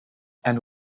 and